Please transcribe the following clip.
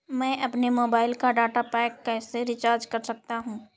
मैं अपने मोबाइल का डाटा पैक कैसे रीचार्ज कर सकता हूँ?